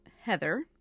Heather